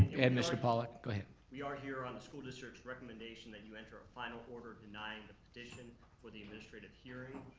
and mr. pollock, go ahead. we are here on the school district's recommendation that you enter a final order denying the petition for the administrative hearing,